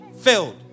filled